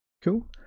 Cool